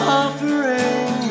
offering